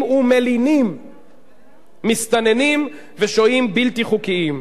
ומלינים מסתננים ושוהים בלתי חוקיים.